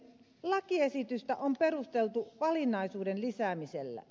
lakiesitystä on perusteltu valinnaisuuden lisäämisellä